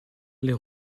les